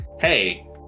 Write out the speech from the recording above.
hey